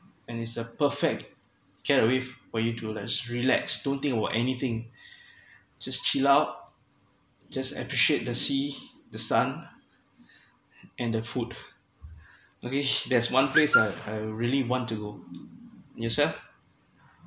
and it's a perfect gateway for you like relax don't think about anything just chill out just appreciate the sea the sun and the food okay there's one place I I really want to go yourself